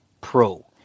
Pro